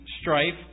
strife